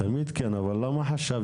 תמיד כן, אבל למה חשבת